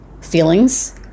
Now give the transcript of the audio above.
feelings